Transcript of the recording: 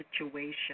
situation